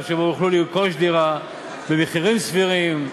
שבו יוכלו לרכוש דירה במחירים סבירים,